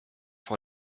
vor